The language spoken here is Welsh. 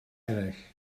eraill